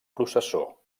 processó